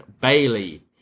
Bailey